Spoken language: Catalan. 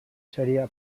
seria